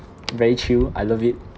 very chill I love it